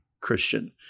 Christian